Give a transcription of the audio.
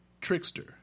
trickster